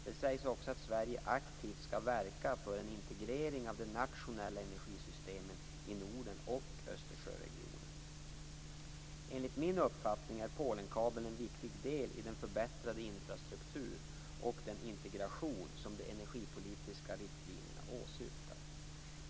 Det sägs också att Sverige aktivt skall verka för en integrering av de nationella energisystemen i Norden och Östersjöregionen. Enligt min uppfattning är Polenkabeln en viktig del i den förbättrade infrastruktur och den integration som de energipolitiska riktlinjerna åsyftar.